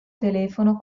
telefono